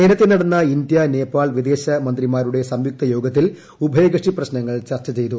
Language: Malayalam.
നേരത്തേ നടന്ന ഇന്ത്യാ നേപ്പാൾ വിദേശമന്ത്രിമാരുടെ സംയുക്തയോഗത്തിൽ ഉഭയകക്ഷി പ്രശ്നങ്ങൾ ചർച്ചചെയ്തു